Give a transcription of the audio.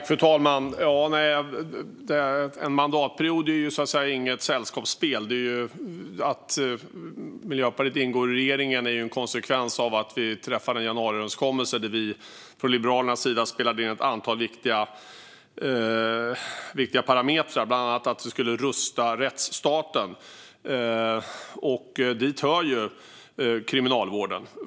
Fru talman! En mandatperiod är ju inget sällskapsspel. Att Miljöpartiet ingår i regeringen är en konsekvens av att vi träffade en januariöverenskommelse där vi från Liberalernas sida spelade in ett antal viktiga parametrar, bland annat att vi skulle rusta rättsstaten. Dit hör Kriminalvården.